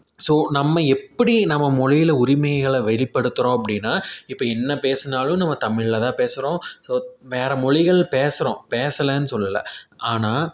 so நம்ம எப்படி நம்ம மொழியில உரிமைகளை வெளிப்படுத்துகிறோம் அப்படின்னா இப்போ என்ன பேசினாலும் நம்ம தமிழில் தான் பேசுகிறோம் ஸோ வேறு மொழிகள்ல பேசுகிறோம் பேசலைன்னு சொல்லலை ஆனால்